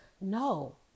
No